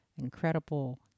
incredible